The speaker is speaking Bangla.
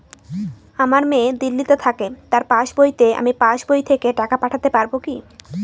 আমার মেয়ে দিল্লীতে থাকে তার পাসবইতে আমি পাসবই থেকে টাকা পাঠাতে পারব কি?